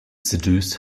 seduce